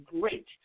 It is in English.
great